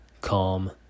calm